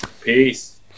Peace